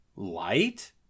Light